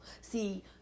see